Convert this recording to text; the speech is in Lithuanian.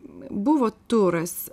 buvo turas